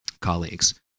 colleagues